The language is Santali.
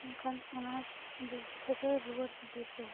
ᱮᱱᱠᱷᱟᱱ ᱚᱱᱟ ᱡᱤᱞ ᱯᱤᱴᱷᱟᱹ ᱫᱚ ᱨᱩᱣᱟᱹᱲ ᱤᱫᱤᱭ ᱯᱮ